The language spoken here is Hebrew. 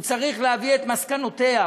הוא צריך להביא את מסקנותיה,